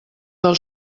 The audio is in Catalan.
del